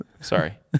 Sorry